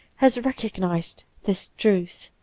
has recognized this truth.